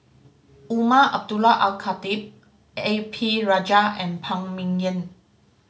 Umar Abdullah Al Khatib A P Rajah and Phan Ming Yen